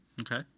Okay